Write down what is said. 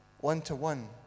one-to-one